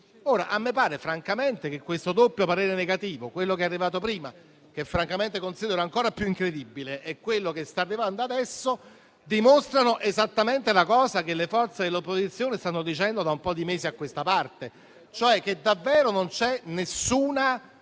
a me pare francamente che il doppio parere negativo - quello che è arrivato prima, che francamente considero ancora più incredibile, e quello che sta arrivando adesso - dimostra esattamente ciò che le forze dell'opposizione stanno dicendo da alcuni mesi a questa parte, cioè che davvero non c'è alcuna